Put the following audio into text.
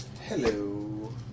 Hello